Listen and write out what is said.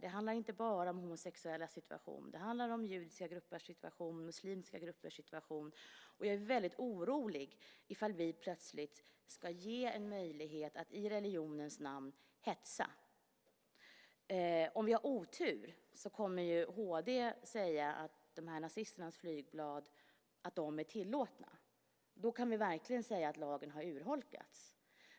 Det handlar inte bara om homosexuellas situation. Det handlar också om judiska och muslimska gruppers situation. Jag är väldigt orolig ifall vi plötsligt ska ge en möjlighet att hetsa i religionens namn. Om vi har otur kommer HD att säga att nazisternas flygblad är tillåtna. Då kan vi verkligen säga att lagen har urholkats.